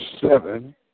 seven